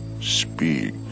Speak